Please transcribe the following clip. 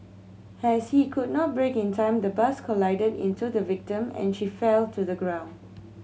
as he could not brake in time the bus collided into the victim and she fell to the ground